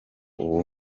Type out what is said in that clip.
ubu